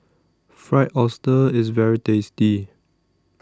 Fried Oyster IS very tasty